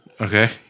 Okay